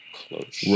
close